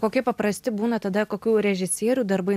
kokie paprasti būna tada kokių režisierių darbai